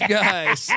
guys